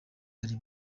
ari